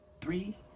Three